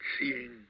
seeing